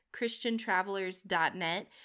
christiantravelers.net